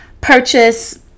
purchase